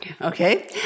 Okay